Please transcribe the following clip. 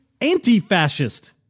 anti-fascist